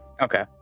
Okay